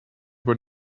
what